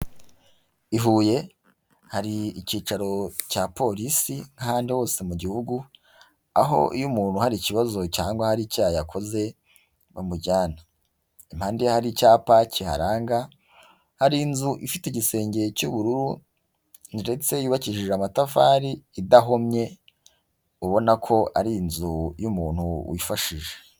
I Huye hari icyicaro cya polisi nk'ahandi hose mu gihugu, aho iyo umuntu hari ikibazo cyangwa hari icyaha yakoze bamujyana. Impande ye hari icyapa kiharanga, hari inzu ifite igisenge cy'ubururu, ndetse yubakishije amatafari, idahomye, ubona ko ari inzu y'umuntu wifashije.